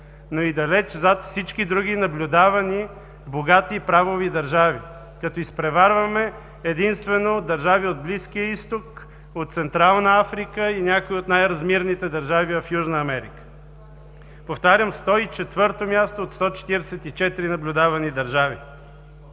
но и далеч зад всички други наблюдавани богати и правови държави като изпреварваме единствено държави от Близкия Изток, от Централна Африка и някои от най-размирните държави в Южна Америка. Повтарям, 104-о място от 144 наблюдавани държави.